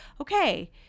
okay